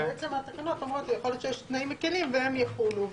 שבעצם התקנות אומרות שיכול להיות שיש תנאים מקלים והם יחולו,